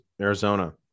Arizona